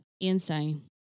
Insane